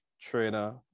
trainer